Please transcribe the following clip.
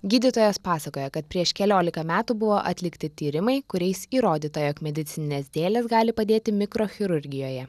gydytojas pasakoja kad prieš keliolika metų buvo atlikti tyrimai kuriais įrodyta jog medicininės dėlės gali padėti mikrochirurgijoje